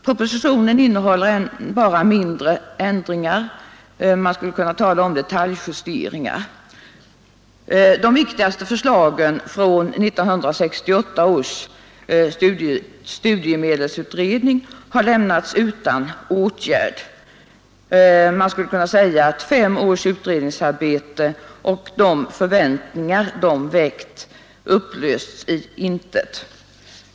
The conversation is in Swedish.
Propositionen innehåller endast mindre ändringar i studiemedelssystemet — man skulle kunna tala om detaljjusteringar. De viktigaste förslagen från 1968 års studiemedelsutredning har lämnats utan åtgärd. Fem års utredningsarbete och de förväntningar det väckt har upplösts i intet.